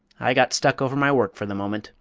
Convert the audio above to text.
i got stuck over my work for the moment,